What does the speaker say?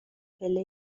پله